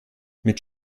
mit